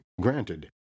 granted